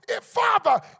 Father